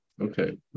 Okay